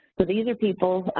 so, these are people,